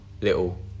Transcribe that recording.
little